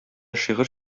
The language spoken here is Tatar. шигырь